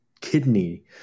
kidney